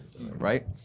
right